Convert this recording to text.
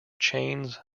chains